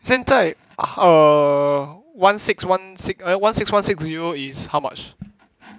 现在 err one six one si~ eh one six one six zero is how much